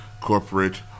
Corporate